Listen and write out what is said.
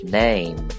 name